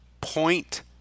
Point